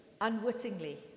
unwittingly